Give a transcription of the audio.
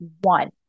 one